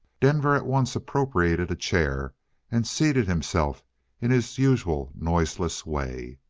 denver at once appropriated a chair and seated himself in his usual noiseless way.